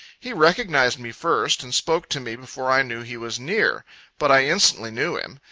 he recognized me first, and spoke to me before i knew he was near but i instantly knew him.